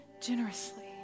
generously